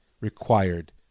required